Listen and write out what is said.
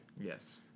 Yes